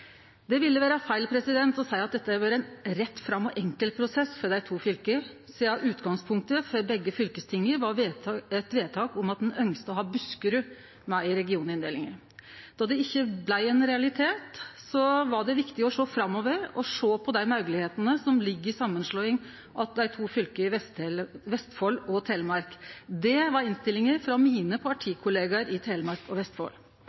Det ville vere feil å seie at dette har vore ein rett fram og enkel prosess for dei to fylka, sidan utgangspunktet for begge fylkestinga var eit vedtak om at ein ønskte å ha Buskerud med i regioninndelinga. Då det ikkje blei ein realitet, var det viktig å sjå framover og sjå på dei moglegheitene som ligg i samanslåing av dei to fylka Vestfold og Telemark. Det var innstillinga frå mine partikollegaar i Telemark og Vestfold.